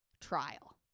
trial